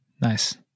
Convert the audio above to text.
Nice